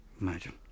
Imagine